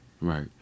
Right